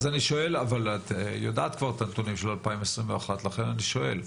אבל את יודעת כבר את הנתונים של 2021 לכן אני שואל.